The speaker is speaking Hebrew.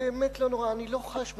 אני לא ממש חש בחסרונו.